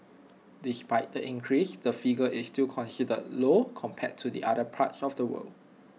despite the increase the figure is still considered low compared to other parts of the world